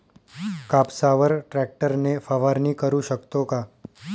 कापसावर ट्रॅक्टर ने फवारणी करु शकतो का?